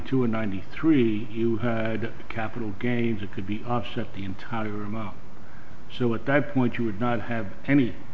two ninety three you had capital gains it could be offset the entire amount so at that point you would not have any